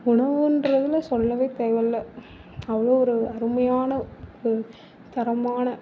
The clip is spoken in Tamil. உணவுகிறதுல சொல்லவே தேவை இல்லை அவ்வளோ ஒரு அருமையான ஒரு தரமான